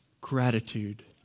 gratitude